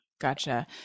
Gotcha